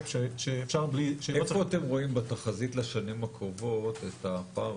איפה אתם רואים בתחזית לשנים הקרובות את הפער